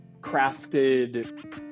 crafted